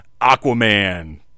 Aquaman